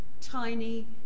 tiny